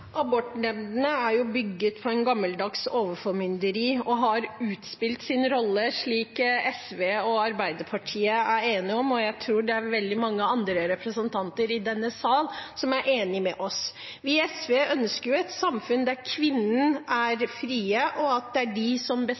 Abortnemndene er bygget på gammeldags overformynderi og har utspilt sin rolle, slik SV og Arbeiderpartiet er enige om, og jeg tror det er veldig mange andre representanter i denne sal som er enige med oss. Vi i SV ønsker et samfunn der kvinnene er frie, og at det er de som